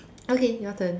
okay your turn